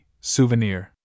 Souvenir